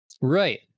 Right